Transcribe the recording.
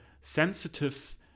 sensitive